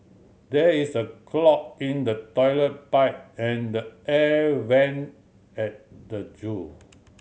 there is a clog in the toilet pipe and the air vent at the zoo